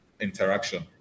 interaction